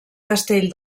castell